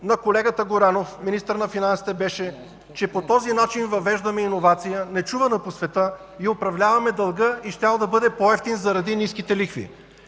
на колегата Горанов, министър на финансите, беше, че по този начин въвеждаме иновация, нечувана по света, и управляваме дълга, щял да бъде по-евтин заради ниските лихви.